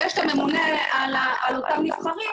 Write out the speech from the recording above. ויש את הממונה על אותם נבחרים,